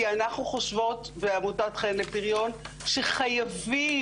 אנחנו בעמותת חן לפריון חושבות שחייבים